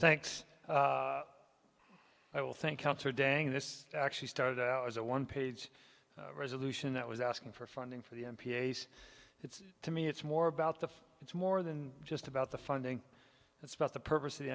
thanks i will thank cancer dang this actually started out as a one page resolution that was asking for funding for the m p s it's to me it's more about the it's more than just about the funding it's about the purpose of the